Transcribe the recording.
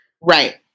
Right